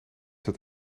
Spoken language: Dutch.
dat